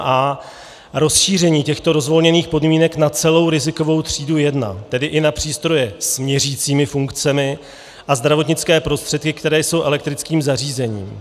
A rozšíření těchto rozvolněných podmínek na celou rizikovou třídu jedna, tedy i na přístroje s měřicími funkcemi a zdravotnické prostředky, které jsou elektrickým zařízením.